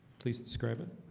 please describe it